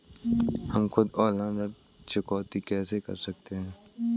हम खुद ऑनलाइन ऋण चुकौती कैसे कर सकते हैं?